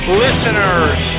listeners